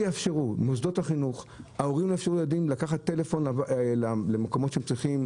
מוסדות החינוך וההורים לא יאפשרו לילדים לקחת טלפון למקומות שהם צריכים,